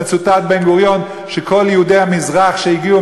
בן-גוריון מצוטט שכל יהודי המזרח שהגיעו